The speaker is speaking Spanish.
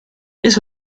eso